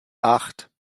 acht